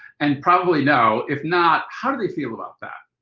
and probably no. if not, how do they feel about that?